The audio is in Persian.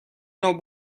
نوع